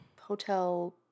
hotel